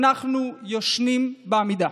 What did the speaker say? אנחנו ישנים בעמידה.